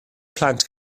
plant